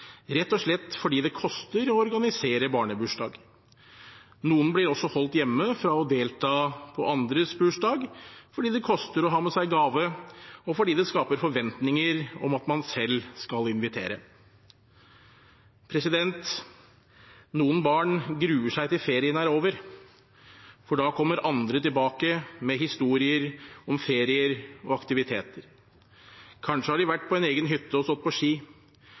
rett og slett fordi det koster å organisere barnebursdag. Noen blir også holdt hjemme fra andres bursdag, fordi det koster å ha med seg gave, og fordi det skaper forventninger om at man selv skal invitere. Noen barn gruer seg til ferien er over, for da kommer andre tilbake med historier om ferier og aktiviteter. Kanskje har de vært på egen hytte og stått på ski.